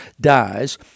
dies